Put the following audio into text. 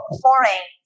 foreign